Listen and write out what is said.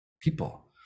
people